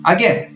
Again